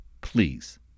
please